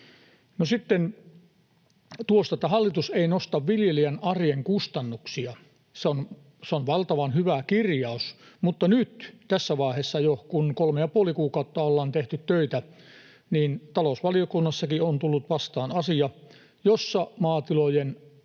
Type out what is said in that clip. sitten tuosta, että hallitus ei nosta viljelijän arjen kustannuksia. Se on valtavan hyvä kirjaus, mutta nyt tässä vaiheessa, kun jo kolme ja puoli kuukautta ollaan tehty töitä, talousvaliokunnassakin on tullut vastaan asia, jossa maatilojen